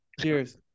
Cheers